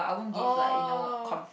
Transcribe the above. oh